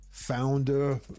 founder